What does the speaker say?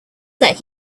that